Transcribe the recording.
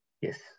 Yes